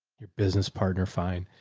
your business partner, fine.